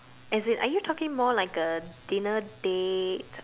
as in are you talking more like a dinner date